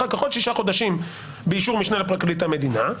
אחר כך עוד שישה חודשים באישור משנה לפרקליט המדינה,